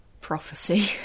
prophecy